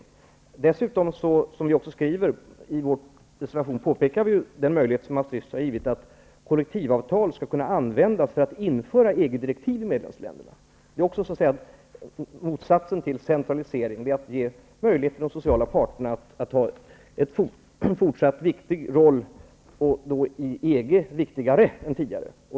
I vår reservation påpekar vi också den möjlighet som Maastricht-överenskommelsen har givit att kollektivavtal skall kunna användas för att införa EG-direktiv i medlemsländerna. Det är motsatsen till centralisering. De sociala parterna ges möjlighet att spela en fortsatt viktig roll, som i EG är viktigare än tidigare.